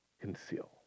conceal